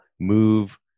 move